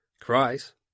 cries